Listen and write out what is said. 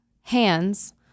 hands